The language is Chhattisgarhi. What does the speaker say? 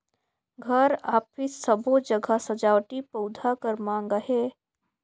घर, अफिस सबो जघा सजावटी पउधा कर माँग अहे